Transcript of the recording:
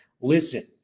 listen